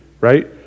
right